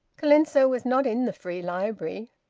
colenso was not in the free library.